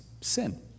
sin